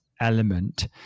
element